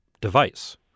device